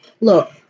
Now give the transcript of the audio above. Look